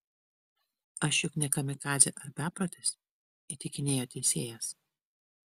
aš juk ne kamikadzė ar beprotis įtikinėjo teisėjas